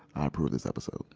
i approve this episode